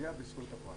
פוגע בזכויות הפרט.